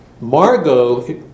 Margot